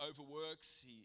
overworks